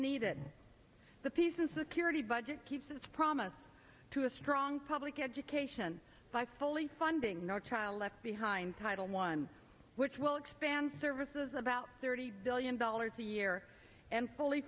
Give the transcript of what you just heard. needed the peace and security budget keeps its promise to a strong public education by fully funding no child left behind title one which will expand services about thirty billion dollars a year and fully